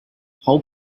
how